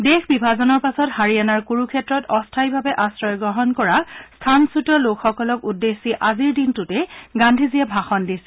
দেশ বিভাজনৰ পাছত হাৰিয়ানাৰ কুৰুক্ষেত্ৰত অস্থায়ীভাৱে আশ্ৰয় গ্ৰহণ কৰা স্থানচ্যুত লোকসকলক উদ্দেশ্যি আজিৰ দিনটোতে গান্ধীজীয়ে ভাষণ দিছিল